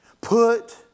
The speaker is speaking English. Put